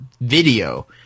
video